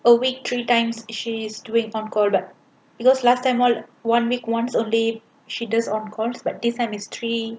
a week three times she's doing on call but because last time all one week once a day she does on call but this time is three